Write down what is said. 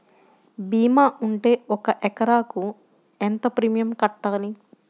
భీమా ఉంటే ఒక ఎకరాకు ఎంత ప్రీమియం కట్టాలి?